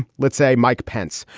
let's say mike pence.